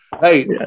Hey